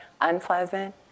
unpleasant